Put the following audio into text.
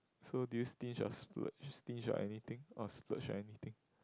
so do you stinge or splurge stinge or anything or splurge on anything